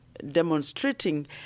demonstrating